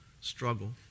struggle